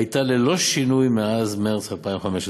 הייתה ללא שינוי מאז מרס 2015,